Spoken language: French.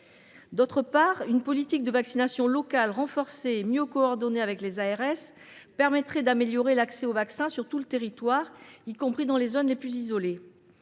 ailleurs, une politique de vaccination locale, renforcée et mieux coordonnée avec les agences régionales de santé permettrait d’améliorer l’accès aux vaccins sur tout le territoire, y compris dans les zones les plus isolées.